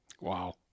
Wow